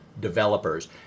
developers